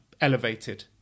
elevated